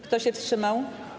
Kto się wstrzymał?